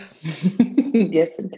Yes